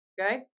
Okay